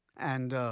and